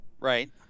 Right